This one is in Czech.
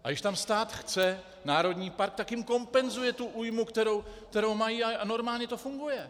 A když tam stát chce národní park, tak jim kompenzuje tu újmu, kterou mají, a normálně to funguje.